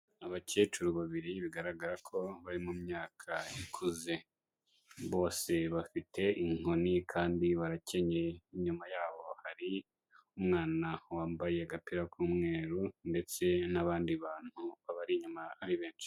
Abakecuru babiri bigaragara ko bari mu myaka ikuze, bose bafite inkoni kandi barakenyeye, inyuma yabo hari umwana wambaye agapira k'umweru ndetse n'abandi bantu babari inyuma ari benshi.